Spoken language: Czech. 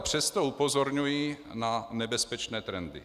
Přesto ale upozorňují na nebezpečné trendy.